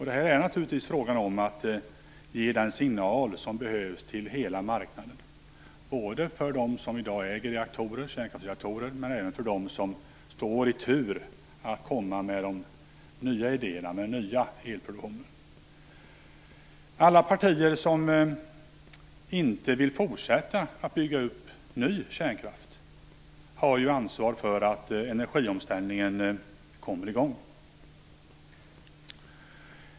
Det är här naturligtvis fråga om att ge den signal som behövs till hela marknaden, både för dem som i dag äger kärnkraftsreaktorer och för dem som står i tur att komma med de nya idéerna för den nya elproduktionen. Alla partier som inte vill fortsätta bygga upp ny kärnkraft har ansvar för att energiomställningen kommer i gång.